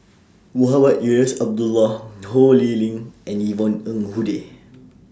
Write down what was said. Mohamed Eunos Abdullah Ho Lee Ling and Yvonne Ng Uhde